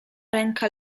ręka